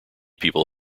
people